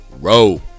row